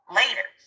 later